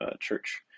church